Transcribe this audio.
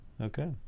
Okay